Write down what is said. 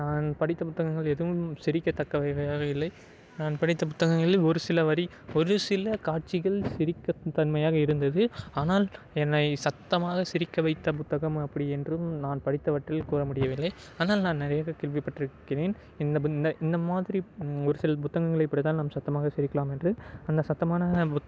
நான் படித்த புத்தகங்கள் எதுவும் சிரிக்க தக்கவையாக இல்லை நான் படித்த புத்தங்களில் ஒரு சில வரி ஒரு சில காட்சிகள் சிரிக்க தன்மையாக இருந்தது ஆனால் என்னை சத்தமாக சிரிக்க வைத்த புத்தகம் அப்படி என்றும் நான் படித்தவற்றில் கூற முடியவில்லை ஆனால் நான் நிறையாக கேள்வி பட்ருக்கிறேன் இந்த மாதிரி ஒரு சில புத்தகங்கள் இப்படிதான் நாம் சத்தமாக சிரிக்கலாம் என்று அந்த சத்தமான